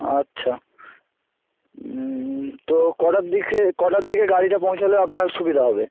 আচ্ছা তো কটার দিকে কটার দিকে গাড়িটা পৌঁছলে আপনার সুবিধা হবে